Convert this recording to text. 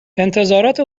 انتظارات